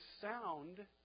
sound